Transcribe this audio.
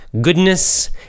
goodness